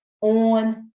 on